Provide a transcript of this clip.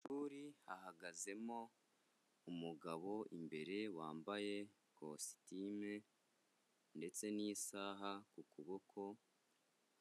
Amashuri ahagazemo umugabo imbere wambaye ikositimu ndetse n'isaha ku kuboko